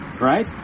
right